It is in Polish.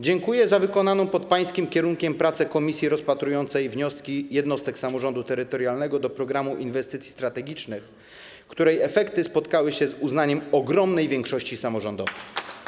Dziękuję za wykonaną pod pańskim kierunkiem pracę komisji rozpatrującej wnioski jednostek samorządu terytorialnego w związku z Programem Inwestycji Strategicznych, której efekty spotkały się z uznaniem ogromnej większości samorządowców.